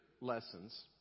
lessons